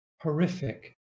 horrific